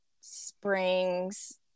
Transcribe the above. springs